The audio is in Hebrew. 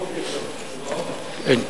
אדוני